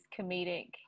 comedic